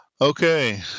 Okay